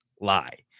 lie